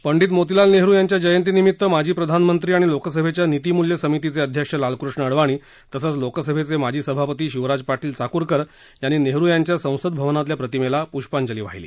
पंडित मोतीलाल नेहरु यांच्या जयंतीनिमित्त माजी प्रधानमंत्री आणि लोकसभेच्या नीतीमूल्य समितीचे अध्यक्ष लालकृष्ण अडवाणी तसंच लोकसभेचे माजी सभापती शिवराज पाटील यांनी नेहरु यांच्या संसद भवनातल्या प्रतिमेला पुष्पांजली वाहीली